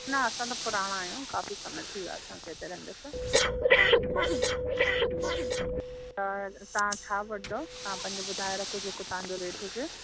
न असां त पुराणा आहियूं काफ़ी साल थी विया असांखे हिते रहंदे त जी जी त तव्हां छा वठंदव तव्हां पंहिंजे ॿुधाए रखो जेको तव्हांजो रेट हुजे